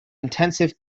intensive